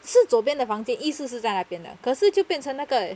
是左边的房间意思是在那边的可是就变成那个